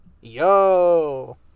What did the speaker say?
yo